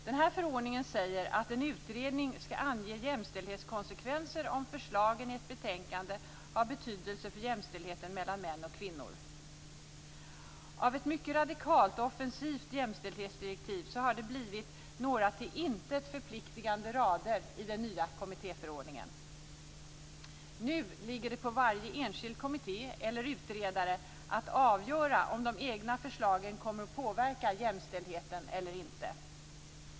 Denna förordning säger att en utredning skall ange jämställdhetskonsekvenser om förslagen i ett betänkande har betydelse för jämställdheten mellan kvinnor och män. Av ett mycket radikalt och offensivt jämställdhetsdirektiv har det alltså blivit några till intet förpliktande rader i den nya kommittéförordningen. Nu ligger det på varje enskild kommitté eller utredare att avgöra om de egna förslagen kommer att påverka jämställdheten eller inte.